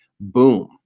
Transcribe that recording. boom